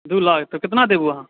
दू लाख तऽ कितना देबु अहाँ